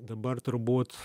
dabar turbūt